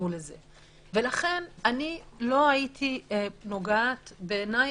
לכן אני לא הייתי נוגעת - בעיניי,